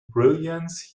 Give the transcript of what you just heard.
brilliance